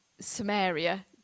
samaria